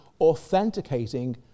authenticating